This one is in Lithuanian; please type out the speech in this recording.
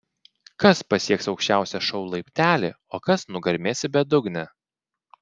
kas pasieks aukščiausią šou laiptelį o kas nugarmės į bedugnę